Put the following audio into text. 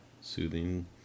soothing